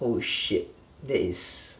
oh shit that is